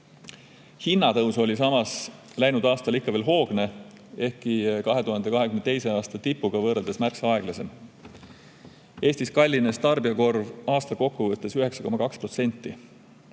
hinnatõus läinud aastal ikka veel hoogne, ehkki 2022. aasta tipuga võrreldes märksa aeglasem. Eestis kallines tarbijakorv aasta kokkuvõttes 9,2%.